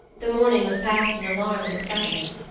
the morning was passed in alarm and excitement.